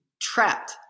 trapped